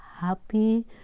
happy